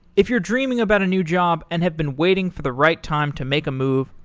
if you're dreaming about a new job and have been waiting for the right time to make a move,